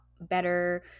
better